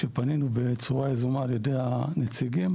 כשפנינו בצורה יזומה על ידי הנציגים